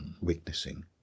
witnessing